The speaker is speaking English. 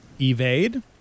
evade